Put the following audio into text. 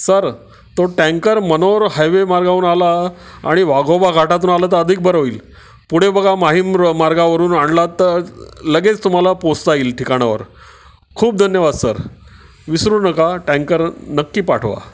sir तो tanker Manor highway मार्गावरून आला आणि वाघोबा घाटातून आला तर अधिक बरं होईल पुढे बघा माहीम मार्गावरून आणलात तर लगेच तुम्हाला पोहोचता येईल ठिकाणावर खूप धन्यवाद सर विसरू नका टँकर नक्की पाठवा